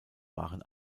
waren